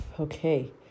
Okay